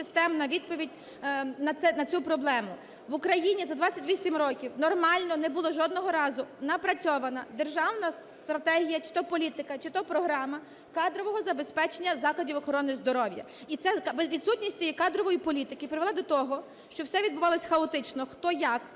системна, відповідь на цю проблему: в Україні за 28 років нормально не була жодного разу напрацьована державна стратегія, чи то політика, чи то програма кадрового забезпечення закладів охорони здоров'я. І відсутність цієї кадрової політики привело до того, що все відбувалось хаотично, хто як